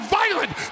violent